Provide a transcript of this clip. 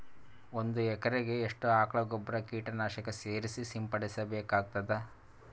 ಒಂದು ಎಕರೆಗೆ ಎಷ್ಟು ಆಕಳ ಗೊಬ್ಬರ ಕೀಟನಾಶಕ ಸೇರಿಸಿ ಸಿಂಪಡಸಬೇಕಾಗತದಾ?